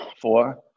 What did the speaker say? Four